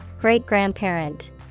Great-grandparent